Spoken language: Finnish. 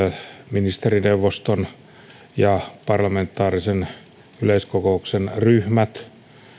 ministerineuvoston ja parlamentaarisen yleiskokouksen ryhmät